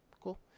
Cool